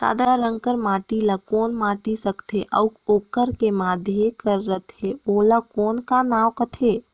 सादा रंग कर माटी ला कौन माटी सकथे अउ ओकर के माधे कर रथे ओला कौन का नाव काथे?